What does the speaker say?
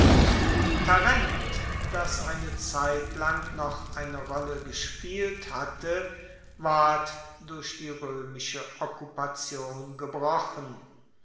tarent das eine zeitlang noch eine rolle gespielt hatte ward durch die roemische okkupation gebrochen